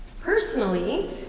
Personally